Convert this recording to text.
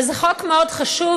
אבל זה חוק מאוד חשוב,